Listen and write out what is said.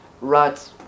right